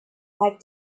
like